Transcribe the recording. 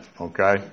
okay